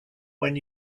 when